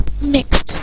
next